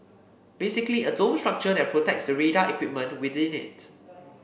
basically a dome structure that protects the radar equipment within it